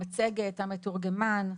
המצגת, המתורגמן.